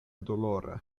dolore